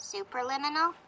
Superliminal